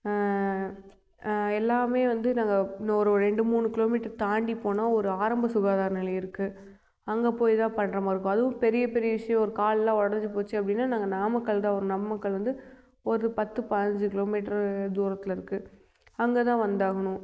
எல்லாமே வந்து நாங்கள் இன்னும் ஒரு ஓ ரெண்டு மூணு கிலோ மீட்ரு தாண்டி போனால் ஒரு ஆரம்ப சுகாதார நிலையம் இருக்குது அங்கே போய் தான் பண்ணுற மாதிரி இருக்கும் அதுவும் பெரிய பெரிய இஷ்யு ஒரு கால்லாம் உடஞ்சி போச்சு அப்படின்னா நாங்கள் நாமக்கல் தான் வரணும் நாமக்கல் வந்து ஒரு பத்து பாஞ்சு கிலோ மீட்ரு தூரத்தில் இருக்குது அங்கே தான் வந்தாகணும்